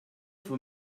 for